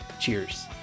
Cheers